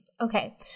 Okay